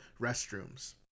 restrooms